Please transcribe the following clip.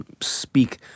speak